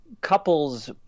couples